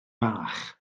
fach